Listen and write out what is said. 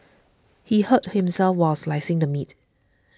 he hurt himself while slicing the meat